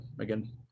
again